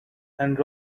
and